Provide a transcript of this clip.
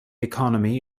economy